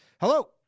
Hello